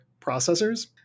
processors